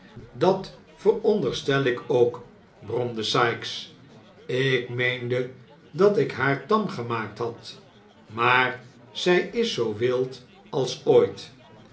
dat vooronderstel ik ook bromde sikes ik meende dat ik haar tam gemaakt had maar zij is zoo wild a s ooit